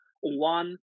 one